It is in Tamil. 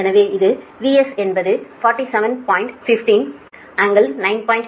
எனவே அது VS என்பது 47